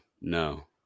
no